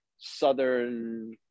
Southern